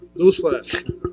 Newsflash